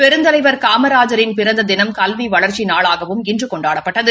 பெருந்தலைவர் காமராஜரின் பிறந்த தினம் கல்வி வளர்ச்சி நாளாகவும் இன்று கொண்டாடப்பட்டது